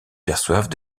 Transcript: perçoivent